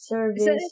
Service